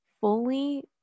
fully